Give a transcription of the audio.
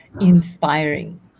inspiring